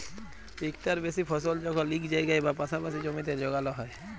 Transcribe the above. ইকটার বেশি ফসল যখল ইক জায়গায় বা পাসাপাসি জমিতে যগাল হ্যয়